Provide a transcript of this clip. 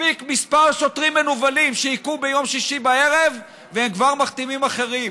מספיק כמה שוטרים מנוולים שהיכו ביום שישי בערב והם כבר מכתימים אחרים.